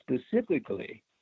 specifically